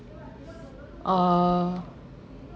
uh